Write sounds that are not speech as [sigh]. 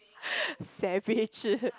[breath] savage